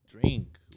drink